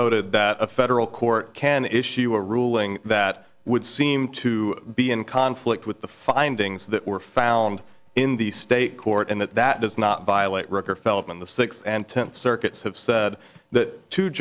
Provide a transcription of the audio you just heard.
noted that a federal court can issue a ruling that would seem to be in conflict with the findings that were found in the state court and that that does not violate record fell upon the six and tenth circuits have said that t